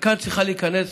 וכאן צריכה להיכנס